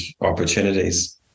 opportunities